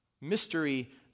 Mystery